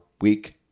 week